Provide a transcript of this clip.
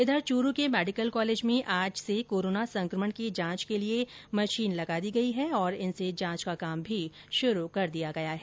इधर चूरू को medical college में आज से कोरोना संकमण की जांच के लिए मशीन लगा लगाकर जांच का काम भी शुरू कर दिया गया है